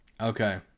Okay